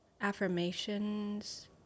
affirmations